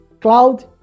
cloud